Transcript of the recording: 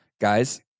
guys